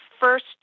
First